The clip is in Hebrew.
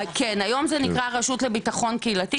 כן, היום זה נקרא הרשות לביטחון קהילתי.